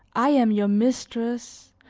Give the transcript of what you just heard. i am your mistress,